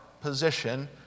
position